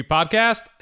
Podcast